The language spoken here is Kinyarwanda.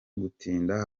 gutinda